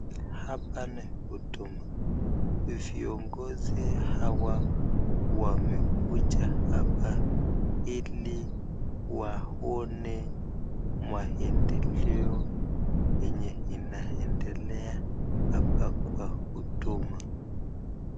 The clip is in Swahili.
Hapa ni huduma, viongozi hawa wamekuja hapa ili waone maendeleo yenye inaendelea hapa kwa huduma.